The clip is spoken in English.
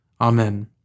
Amen